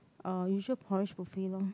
our usual porridge buffet lor